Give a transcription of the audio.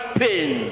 pain